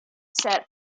set